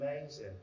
amazing